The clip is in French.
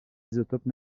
isotopes